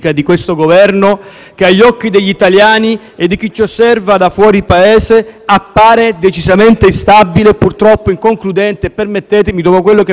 appare decisamente instabile, purtroppo inconcludente e - permettetemi, dopo quello che avete fatto in questi giorni sul caso Venezuela - anche inaffidabile.